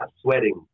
sweating